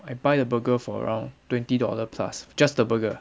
I buy the burger for around twenty dollar plus just the burger